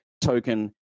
token